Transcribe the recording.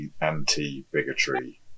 anti-bigotry